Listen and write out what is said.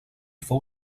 fou